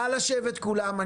נא לשבת כולם.